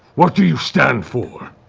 what do you stand for?